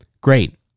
great